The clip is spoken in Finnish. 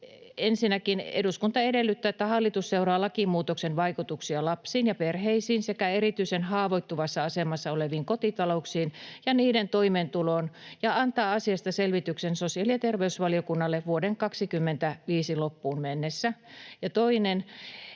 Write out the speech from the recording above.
Ensinnäkin, ”eduskunta edellyttää, että hallitus seuraa lakimuutoksen vaikutuksia lapsiin ja perheisiin sekä erityisen haavoittuvassa asemassa oleviin kotitalouksiin ja niiden toimeentuloon ja antaa asiasta selvityksen sosiaali- ja terveysvaliokunnalle vuoden 25 loppuun mennessä”.